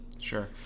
Sure